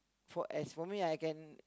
for as for me I can